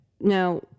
now